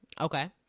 Okay